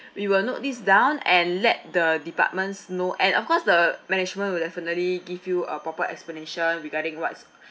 we will note this down and let the departments know and of course the management will definitely give you a proper explanation regarding what's